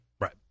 Right